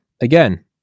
again